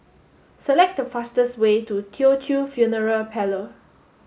select the fastest way to Teochew Funeral Parlor